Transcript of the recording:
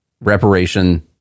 reparation